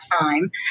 time